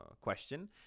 question